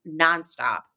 nonstop